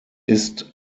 ist